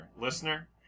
Listener